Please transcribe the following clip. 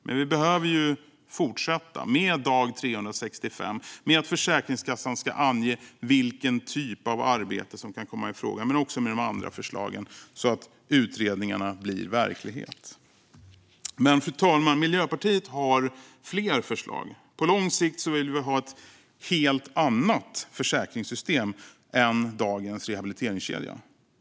Men vi behöver fortsätta med dag 365, att Försäkringskassan ska ange vilken typ av arbete som kan komma i fråga men också med de andra förslagen från utredningarna så att de blir verklighet. Fru talman! Miljöpartiet har fler förslag. På lång sikt vill vi ha ett helt annat försäkringssystem än det med dagens rehabiliteringskedja.